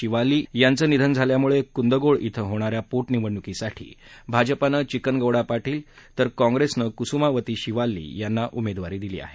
शिवाल्ली यांचं निधन झाल्यामुळे कुंदगोळ इथं होणाऱ्या पोटनिवडणुकीसाठी भाजपानं चिकनगौडा पाटील तर काँग्रेसनं कुसुमावती शिवाल्ली यांना उमेदवारी दिली आहे